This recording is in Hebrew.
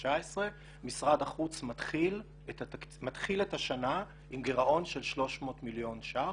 2019 משרד החוץ מתחיל את השנה עם גירעון של 300 מיליון ₪,